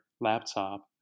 laptop